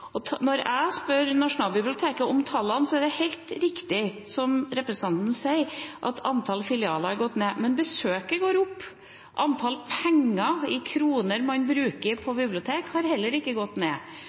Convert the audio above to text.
Når jeg spør Nasjonalbiblioteket om tallene, er det helt riktig, som representanten sier, at antall filialer er gått ned. Men besøket går opp, antall kroner man bruker på